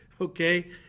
okay